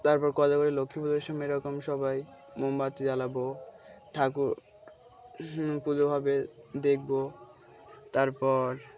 তারপর কথা করে লক্ষ্মী পুজোর সময় এরকম সবাই মোমবাতি জ্বালাবো ঠাকুর পুজো হবে দেখবো তারপর